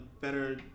better